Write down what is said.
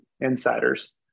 insiders